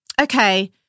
okay